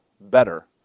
better